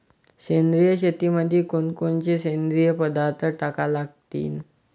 सेंद्रिय शेतीमंदी कोनकोनचे सेंद्रिय पदार्थ टाका लागतीन?